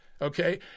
okay